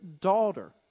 daughter